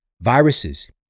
Viruses